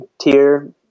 tier